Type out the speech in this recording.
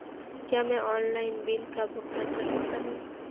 क्या मैं online bill का भुगतान कर सकता हूँ?